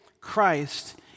Christ